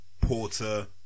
Porter